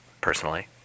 personally